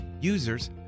Users